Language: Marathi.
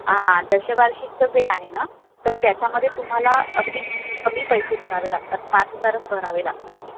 हां दशवार्षिक जे आहे ना तर त्याच्यामध्ये तुम्हाला अगदी कमी पैसे भरावे लागतात पाच हजारच भरावे लागतात